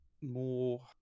more